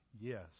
Yes